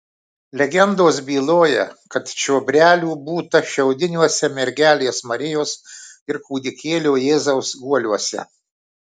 legendos byloja kad čiobrelių būta šiaudiniuose mergelės marijos ir kūdikėlio jėzaus guoliuose